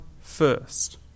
first